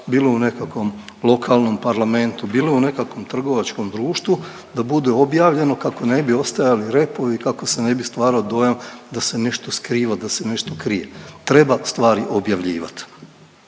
bilo u nekakvom lokalnom parlamentu, bilo u nekakvom trgovačkom društvu, da bude objavljeno kako ne bi ostajali repovi kako se ne bi stvarao dojam da se nešto skriva, da se nešto krije, treba stvari objavljivati.